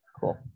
Cool